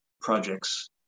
projects